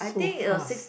so fast